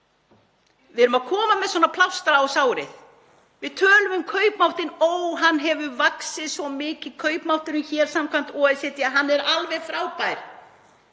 Við erum að koma með plástra á sárið. Við tölum um kaupmáttinn; ó, hann hefur vaxið svo mikið, kaupmátturinn hér, samkvæmt OECD, hann er alveg frábær.